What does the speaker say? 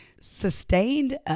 sustained